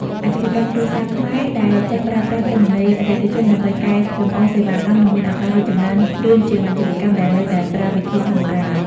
អាជីវកម្មគ្រួសារខ្មែរដែលចេះប្រើប្រាស់ទិន្នន័យអតិថិជនដើម្បីកែលម្អសេវាកម្ម នឹងមានឱកាសរីកចម្រើនលឿនជាងអាជីវកម្មដែលនៅតែប្រើវិធីសាស្ត្របុរាណ។